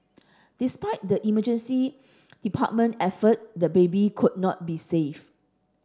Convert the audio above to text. despite the emergency department effort the baby could not be saved